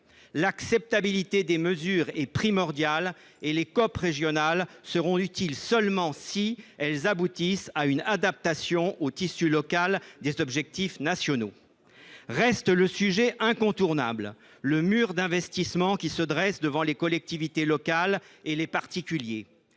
L’acceptabilité des mesures est primordiale et les COP régionales ne seront utiles que si elles aboutissent à une adaptation des objectifs nationaux au tissu local. Reste un sujet incontournable : le mur d’investissement qui se dresse devant les collectivités locales et les particuliers.